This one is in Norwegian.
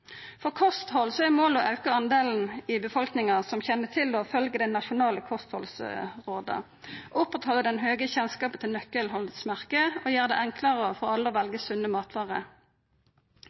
er målet å auka den delen i befolkninga som kjenner til og følgjer dei nasjonale kosthaldsråda, oppretthalda den høge kjennskapen til nøkkelholmerket og gjera det enklare for alle å velja sunne matvarer.